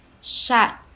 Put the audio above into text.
shut